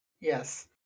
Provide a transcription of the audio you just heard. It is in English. Yes